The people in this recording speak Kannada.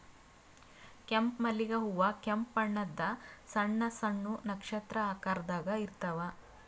ಕೆಂಪ್ ಮಲ್ಲಿಗ್ ಹೂವಾ ಕೆಂಪ್ ಬಣ್ಣದ್ ಸಣ್ಣ್ ಸಣ್ಣು ನಕ್ಷತ್ರ ಆಕಾರದಾಗ್ ಇರ್ತವ್